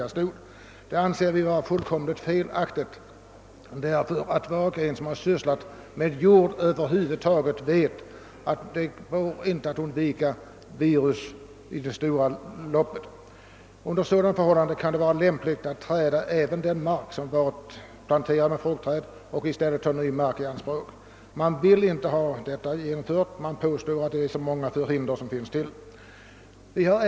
Detta anser jag vara fullkomligt felaktigt, ty var och en som sysslat med jord över huvud taget vet att det i det långa loppet inte går att undvika virus. Under sådana förhållanden kan det vara lämpligt att låta även den mark ligga i träda som varit planterad med fruktträd och ta ny mark i anspråk. Man vill emellertid inte låta oss få den föreslagna ändringen genomförd, utan påstår att det finns en mängd hinder.